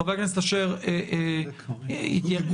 חבר הכנסת אשר, 60